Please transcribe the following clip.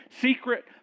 secret